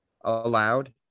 allowed